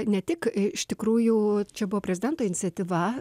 ne tik iš tikrųjų čia buvo prezidento iniciatyva